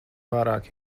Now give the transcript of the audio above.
pārāk